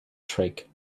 trick